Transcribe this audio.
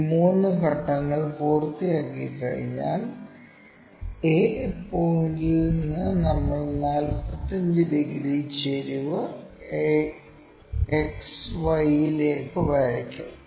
ഈ മൂന്ന് ഘട്ടങ്ങൾ പൂർത്തിയാക്കിക്കഴിഞ്ഞാൽ a പോയിന്റിൽ നിന്ന് നമ്മൾ 45 ഡിഗ്രി ചെരിവ് XY ലേക്ക് വരയ്ക്കും